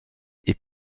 est